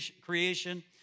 creation